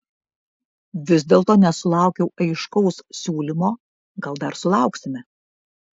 vis dėlto nesulaukiau aiškaus siūlymo gal dar sulauksime